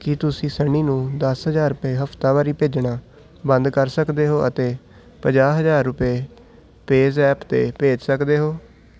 ਕੀ ਤੁਸੀਂ ਸਨੀ ਨੂੰ ਦਸ ਹਜ਼ਾਰ ਰੁਪਏ ਹਫ਼ਤਾਵਾਰੀ ਭੇਜਣਾ ਬੰਦ ਕਰ ਸਕਦੇ ਹੋ ਅਤੇ ਪੰਜਾਹ ਹਜਾਰ ਰੁਪਏ ਪੇਜ਼ੈਪ 'ਤੇ ਭੇਜ ਸਕਦੇ ਹੋ